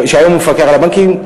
שהיום הוא מפקח על הבנקים,